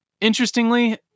interestingly